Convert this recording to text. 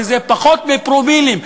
וזה פחות מפרומילים,